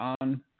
on